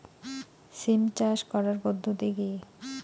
সিম চাষ করার পদ্ধতি কী?